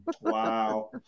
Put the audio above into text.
Wow